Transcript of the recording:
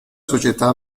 società